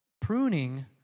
pruning